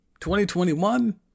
2021